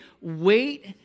wait